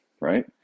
right